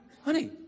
honey